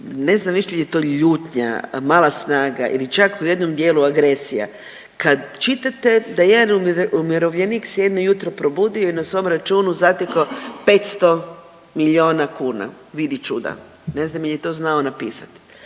ne znam više je li to ljutnja, mala snaga ili čak u jednom dijelu agresija kad čitate da jedan umirovljenik se jedno jutro probudio i na svom računu zatekao 500 milijuna kuna. Vidi čuda, ne znam je li to znao napisati.